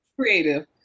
creative